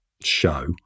show